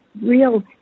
real